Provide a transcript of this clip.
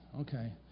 okay